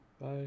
Bye